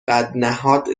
بدنهاد